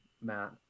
Matt